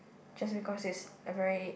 just because it's a very